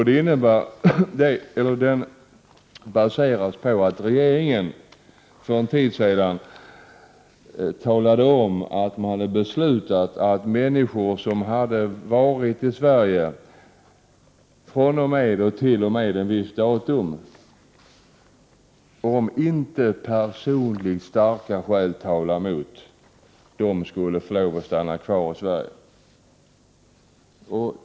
Den baseras på att regeringen för en tid sedan talade om att man hade beslutat att människor som hade varit i Sverige fr.o.m. ett visst datum och t.o.m. ett visst datum skulle, om inte personliga starka skäl talar mot det, få lov att stanna kvar i Sverige.